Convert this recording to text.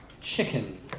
Chicken